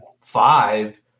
five